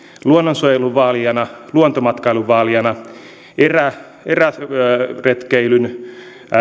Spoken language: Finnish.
luonnonsuojelun vaalijana luontomatkailun vaalijana eräretkeilyn